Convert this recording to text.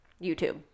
YouTube